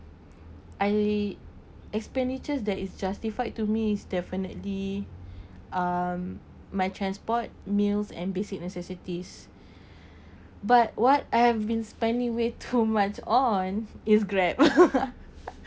I expenditures that is justified to me is definitely um my transport meals and basic necessities but what I've been spending way too much on is grab